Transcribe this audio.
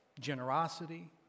generosity